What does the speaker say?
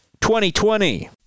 2020